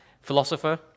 philosopher